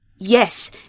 yes